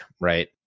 right